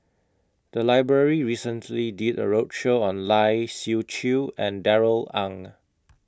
The Library recently did A roadshow on Lai Siu Chiu and Darrell Ang